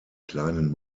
kleinen